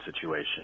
situation